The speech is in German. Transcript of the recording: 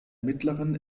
mittleren